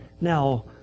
now